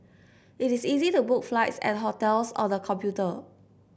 it is easy to book flights and hotels on the computer